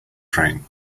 train